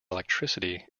electricity